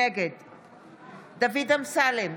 נגד דוד אמסלם,